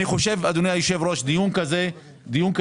אני חושב אדוני היושב ראש שדיון כזה הוא